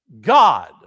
god